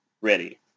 ready